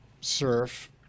surf